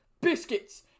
Biscuits